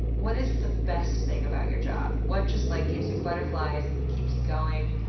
what is the best thing about your job? what just, like, gives you butterflies, keeps you going?